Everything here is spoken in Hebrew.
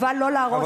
אבל לא להרוס,